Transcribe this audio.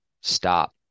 Stop